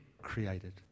created